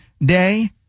Day